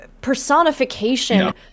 personification